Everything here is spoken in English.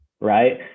right